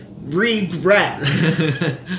Regret